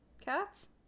Cats